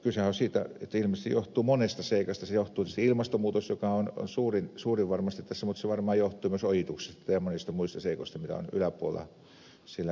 kysehän on siitä että ilmeisesti tulva johtuu monesta seikasta se johtuu ilmastonmuutoksesta joka on suurin varmasti tässä mutta se varmaan johtuu myös ojituksista ja monista muista seikoista mitä on yläpuolella siellä vesistössä tehty